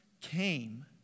came